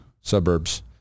Suburbs